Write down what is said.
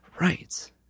Right